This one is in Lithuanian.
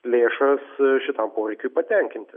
lėšas šitam poreikiui patenkinti